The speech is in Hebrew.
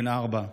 בן ארבע,